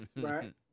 Right